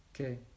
Okay